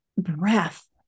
breath